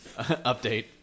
update